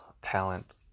talent